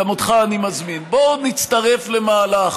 גם אותך אני מזמין: בואו נצטרף למהלך